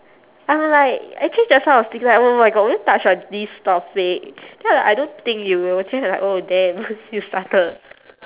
I'm like actually just now I was thinking like oh my god will you touch on this topic then I'm like I don't think you will then I'm like oh damn you started